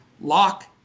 lock